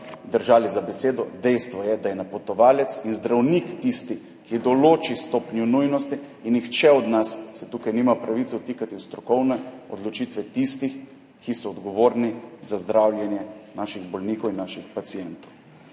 držali za besedo, dejstvo je, da je napotovalec in zdravnik tisti, ki določi stopnjo nujnosti, in nihče od nas se tukaj nima pravice vtikati v strokovne odločitve tistih, ki so odgovorni za zdravljenje naših bolnikov in naših pacientov.